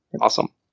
Awesome